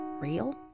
real